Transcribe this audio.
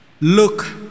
Look